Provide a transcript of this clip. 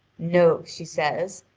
no, she says,